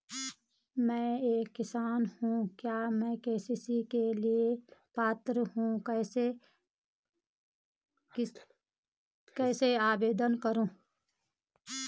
मैं एक किसान हूँ क्या मैं के.सी.सी के लिए पात्र हूँ इसको कैसे आवेदन कर सकता हूँ?